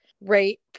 rape